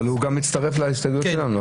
אבל הוא גם מצטרף להסתייגויות שלנו.